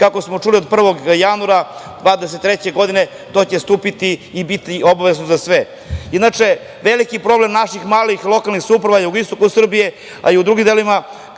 kako smo čuli, od 1. januara 2023. godine to će stupiti i biti obavezno za sve. Inače, veliki problem naših malih lokalnih samouprava na jugoistoku Srbije, a i u drugim delovima,